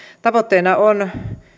tavoitteena on